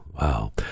Wow